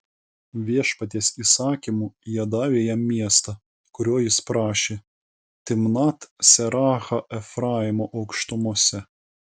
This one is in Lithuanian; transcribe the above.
viešpaties įsakymu jie davė jam miestą kurio jis prašė timnat serachą efraimo aukštumose